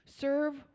Serve